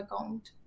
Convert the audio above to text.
account